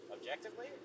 Objectively